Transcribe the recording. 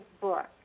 book